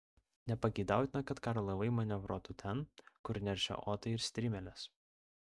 nepageidautina kad karo laivai manevruotų ten kur neršia otai ir strimelės